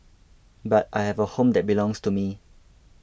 but I have a home that belongs to me